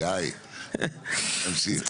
תמשיך.